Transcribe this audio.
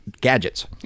gadgets